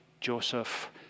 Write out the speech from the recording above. Joseph